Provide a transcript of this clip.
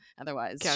otherwise